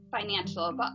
financial